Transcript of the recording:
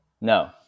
No